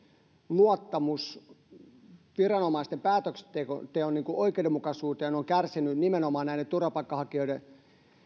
luottamus viranomaisten päätöksenteon oikeudenmukaisuuteen on kärsinyt nimenomaan näiden turvapaikanhakijoiden